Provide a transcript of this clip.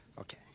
okay